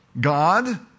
God